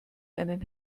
einen